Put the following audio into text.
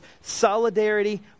solidarity